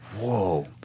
Whoa